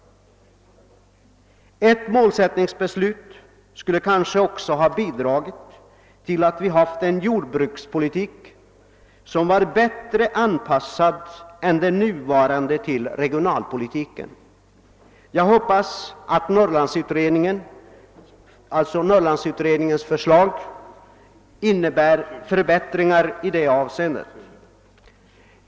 Ett målsättningsbeslut skulle kanske också ha bidragit till att vi fått en jordbrukspolitik som varit bättre anpassad än den nuvarande till regionalpolitiken. Jag hoppas att Norrlandsutredningens förslag innebär förbättringar i det avseendet.